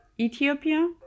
Ethiopia